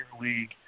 League